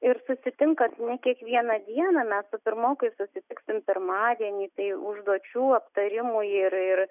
ir susitinkant ne kiekvieną dieną mes su pirmokais susitiksim pirmadienį tai užduočių aptarimų ir ir